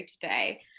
today